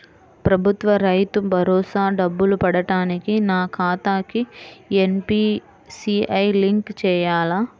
ప్రభుత్వ రైతు భరోసా డబ్బులు పడటానికి నా ఖాతాకి ఎన్.పీ.సి.ఐ లింక్ చేయాలా?